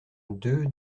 deux